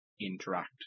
interact